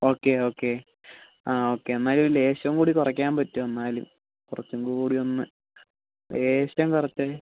okay okay okay എന്നാലും ഒരു ലേശവുംകൂടെ കുറക്കാൻ പറ്റോ എന്നാലും ഒന്നുംകൂടിയൊന്നു ലേശം കുറച്ചാൽ മതി